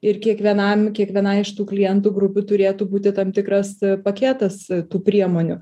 ir kiekvienam kiekvienai iš tų klientų grupių turėtų būti tam tikras paketas tų priemonių